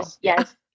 Yes